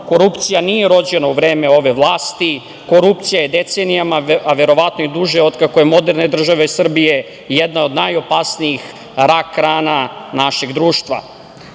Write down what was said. korupcija nije rođena u vreme ove vlasti. Korupcija je decenijama, a verovatno i duže od kako je moderne države Srbije, jedna od najopasnijih rak rana našeg društva. Platon,